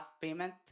payment